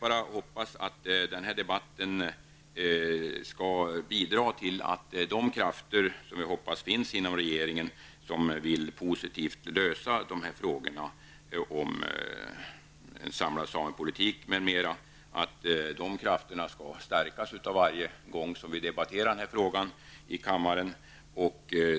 Jag hoppas att de krafter inom regeringen som vill åstadkomma en positiv lösning av frågan om en samlad samepolitik skall stärkas varje gång vi debatterar denna fråga i kammaren.